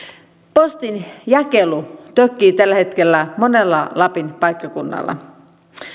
postinjakelu tökkii tällä hetkellä monella lapin paikkakunnalla